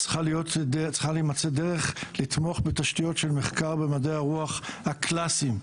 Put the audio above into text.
צריכה להימצא דרך לתמוך בתשתיות של מחקר במדעי הרוח הקלאסיים.